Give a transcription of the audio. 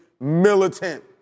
militant